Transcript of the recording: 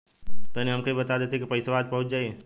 तनि हमके इ बता देती की पइसवा आज पहुँच जाई?